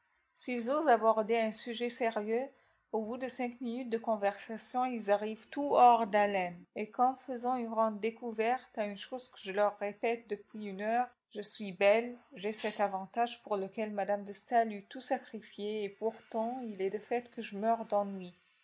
s'ils osent aborder un sujet sérieux au bout de cinq minutes de conversation ils arrivent tout hors d'haleine et comme faisant une grande découverte à une chose que je leur répète depuis une heure je suis belle j'ai cet avantage pour lequel mme de staël eût tout sacrifié et pourtant il est de fait que je meurs d'ennui